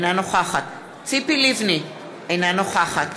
אינה נוכחת ציפי לבני, אינה נוכחת